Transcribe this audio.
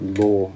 law